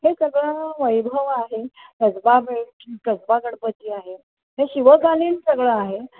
हे सगळं वैभव आहे कसबा कसबा गणपती आहे म्हणजे शिवकालीन सगळं आहे